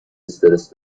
استرس